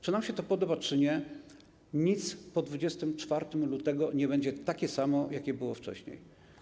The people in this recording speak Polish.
Czy nam to się podoba, czy nie, nic po 24 lutego nie będzie takie samo, jakie było wcześniej.